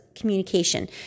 communication